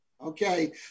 Okay